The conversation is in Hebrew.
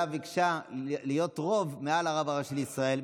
ביקשה להיות רוב מעל הרב הראשי לישראל,